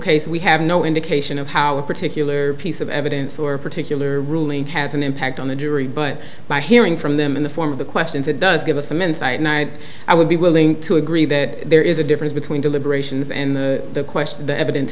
case we have no indication of how a particular piece of evidence or a particular ruling has an impact on the jury but by hearing from them in the form of the questions it does give us some insight night i would be willing to agree that there is a difference between deliberations and the question the evidence